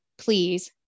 Please